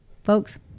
Folks